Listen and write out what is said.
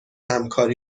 همکاری